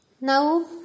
Now